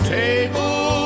table